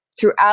throughout